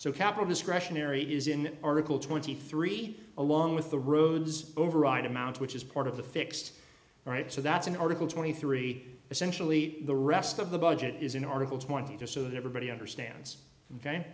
so capital discretionary is in article twenty three along with the roads override amount which is part of the fixed all right so that's an article twenty three essentially the rest of the budget is in article twenty two so that everybody understands ok